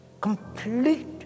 complete